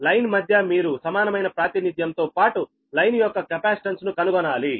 line మధ్య మీరు సమానమైన ప్రాతినిధ్యంతో పాటు లైన్ యొక్క కెపాసిటెన్స్ను కనుగొనాలి